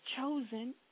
chosen